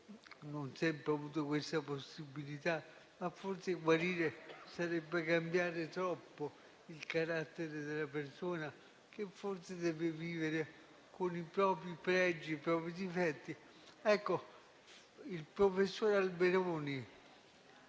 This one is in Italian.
(non sempre ho avuto questa possibilità) sarebbe cambiare troppo il carattere della persona che forse deve vivere con i propri pregi e i propri difetti. Il professor Alberoni